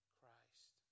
Christ